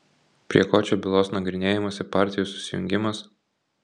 prie ko čia bylos nagrinėjimas ir partijų susijungimas